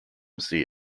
see